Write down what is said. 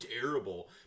terrible